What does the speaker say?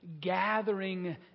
Gathering